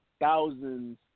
thousands